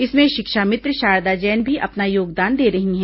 इसमें शिक्षा मित्र शारदा जैन भी अपना योगदान दे रही हैं